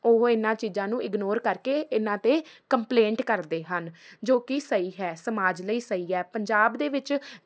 ਉਹ ਇਹਨਾਂ ਚੀਜ਼ਾਂ ਨੂੰ ਇਗਨੋਰ ਕਰਕੇ ਇਹਨਾਂ 'ਤੇ ਕੰਪਲੇਂਟ ਕਰਦੇ ਹਨ ਜੋ ਕਿ ਸਹੀ ਹੈ ਸਮਾਜ ਲਈ ਸਹੀ ਹੈ ਪੰਜਾਬ ਦੇ ਵਿੱਚ